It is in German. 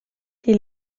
die